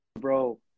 bro